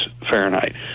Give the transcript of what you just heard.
Fahrenheit